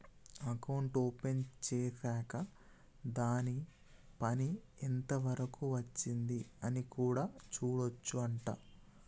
account open చేశాక్ దాని పని ఎంత వరకు వచ్చింది అని కూడా చూడొచ్చు అంట